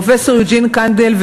פרופסור יוג'ין קנדל,